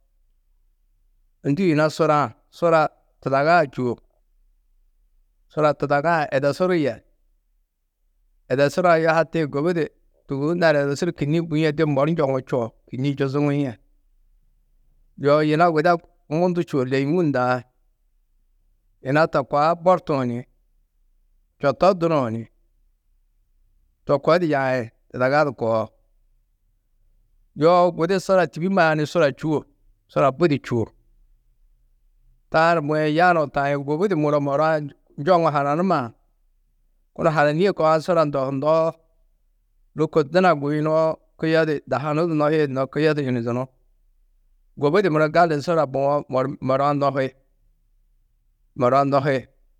Ndû yina sura-ã. Sura tudagaa čûo. Sura tudagaa edesuru yê edesuru-ã yuhati gubudi tûgohu naani edesuru kînniĩ buîe de mor njoŋú čuo. Kînniĩ njuzuŋîe. Yoo yina guda mundu čûo. Lêimun ndaa yina to ka a bortuũ ni, čoto dunuũ ni, to koo di yaĩ tudaga du koo. Yoo gudi sura tîbimmaa ni sura čûo, sura budi čûo. Taa ni buĩ yanuũ taĩ gubudi muro mor-ã njoŋu hananummaã. Kunu hananîe koo sura ndohunnoó lôko duna guyunoo kuyo di da hunu du nohîe noo. Kuyodi yunu dunú. Gubudi muro gali du sura buwo mor-ã nohi.